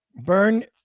Burn